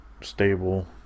stable